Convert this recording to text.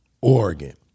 Oregon